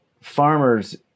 farmers